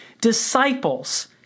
disciples